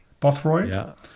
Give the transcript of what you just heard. Bothroyd